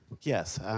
Yes